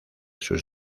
sus